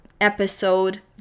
episode